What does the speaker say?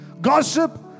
gossip